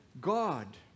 God